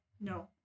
no